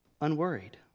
Unworried